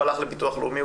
הוא הלך לביטוח לאומי,